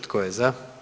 Tko je za?